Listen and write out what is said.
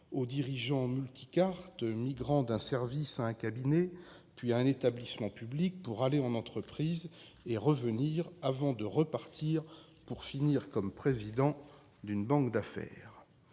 au dirigeant « multicarte » migrant d'un service à un cabinet, puis à un établissement public, pour aller en entreprise et revenir, avant de repartir pour finir comme président d'une banque d'affaires.